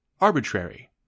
arbitrary